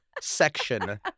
section